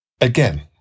Again